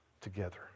together